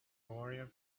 warrior